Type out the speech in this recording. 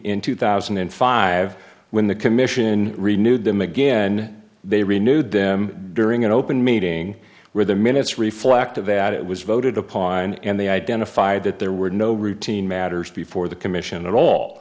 in two thousand and five when the commission renewed them again they renewed them during an open meeting where the minutes reflect of that it was voted upon and they identified that there were no routine matters before the commission and all